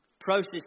process